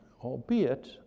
albeit